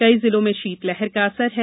कई जिलों में शीतलहर का असर है